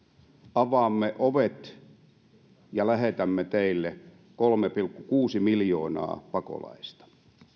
avaamme ovet ja lähetämme teille kolme pilkku kuusi miljoonaa pakolaista